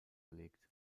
gelegt